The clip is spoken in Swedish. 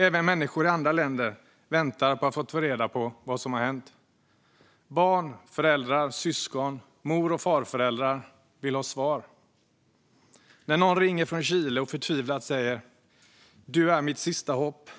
Även människor i andra länder väntar på att få reda på vad som hänt. Barn, föräldrar, syskon, mor och farföräldrar vill ha svar. När någon ringer från Chile och förtvivlat säger: "Du är mitt sista hopp",